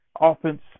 Offense